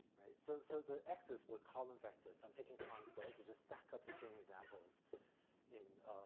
so so the x's were column vectors. so i'm taking transpose to just stack up the training examples in,